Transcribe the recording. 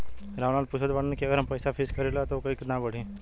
राम लाल पूछत बड़न की अगर हम पैसा फिक्स करीला त ऊ कितना बड़ी?